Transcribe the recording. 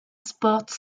sports